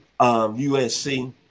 USC